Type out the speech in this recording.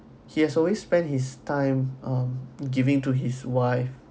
he has always spent his time um giving to his wife